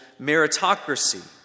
meritocracy